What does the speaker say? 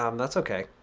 um that's okay.